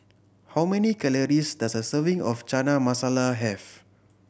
how many calories does a serving of Chana Masala have